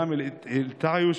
הערבית ישראלית,